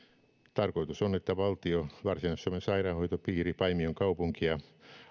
tarkoitus on että valtio varsinais suomen sairaanhoitopiiri paimion kaupunki ja